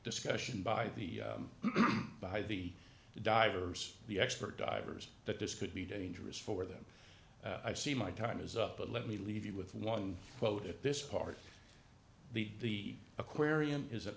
discussion by the by the divers the expert divers that this could be dangerous for them i see my time is up but let me leave you with one quote at this part the aquarium is an